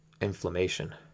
inflammation